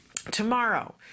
Tomorrow